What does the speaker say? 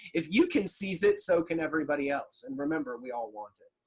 if you can seize it. so can everybody else. and remember, we all want it.